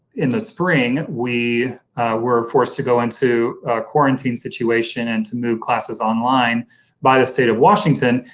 in the spring, we were forced to go into a quarantine situation and to move classes online by the state of washington,